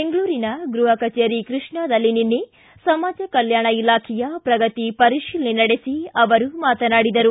ಬೆಂಗಳೂರಿನ ಗೃಹಕಚೇರಿ ಕೃಷ್ಣಾದಲ್ಲಿ ನಿನ್ನೆ ಸಮಾಜ ಕಲ್ಕಾಣ ಇಲಾಖೆಯ ಪ್ರಗತಿ ಪರಿತೀಲನೆ ನಡೆಸಿ ಅವರು ಮಾತನಾಡಿದರು